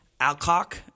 Alcock